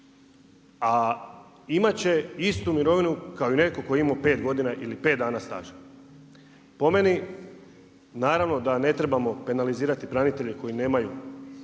A imat će istu mirovinu kao i netko tko je imao 5 godina ili 5 dana staža. Po meni, naravno da ne trebamo penalizirati branitelje koji nemaju